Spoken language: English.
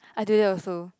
I do that also